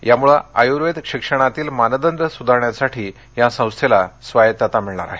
यामुळे आयूर्वेद शिक्षणातील मानदंड सूधारण्यासाठी या संस्थेला स्वायत्तता मिळणार आहे